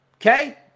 okay